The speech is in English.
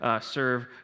serve